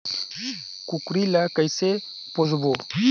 कूकरी ला कइसे पोसबो?